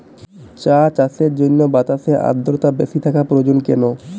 চা চাষের জন্য বাতাসে আর্দ্রতা বেশি থাকা প্রয়োজন কেন?